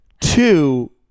Two